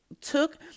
took